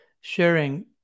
sharing